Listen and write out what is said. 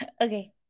Okay